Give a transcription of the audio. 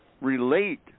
relate